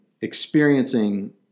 experiencing